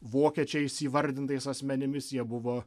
vokiečiais įvardintais asmenimis jie buvo